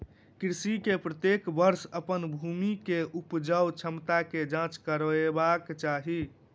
कृषक के प्रत्येक वर्ष अपन भूमि के उपजाऊ क्षमता के जांच करेबाक चाही